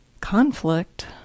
conflict